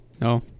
No